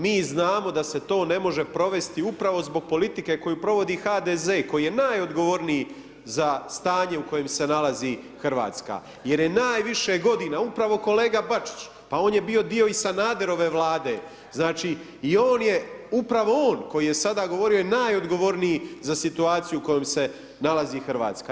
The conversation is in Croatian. Mi znamo da se to ne može provesti upravo zbog politike koju provodi HDZ koji je najodgovorniji za stanje u kojem se nalazi Hrvatska jer je najviše godina upravo kolega Bačić, pa on je bio i dio i Sanaderove Vlade, znači i on je, upravo on koji je sada govorio i onaj odgovorniji za situaciju u kojoj se nalazi Hrvatska.